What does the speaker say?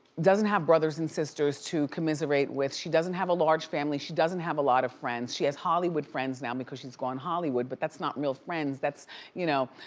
doesn't have brothers and sisters to comiserate with, she doesn't have a large family, she doesn't have a lot of friends. she has hollywood friends now because she's gone hollywood. but that's not real friends, that's you know,